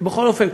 בכל אופן,